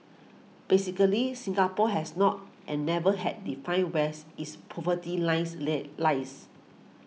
basically Singapore has not and never had defined where's its poverty lines lay lies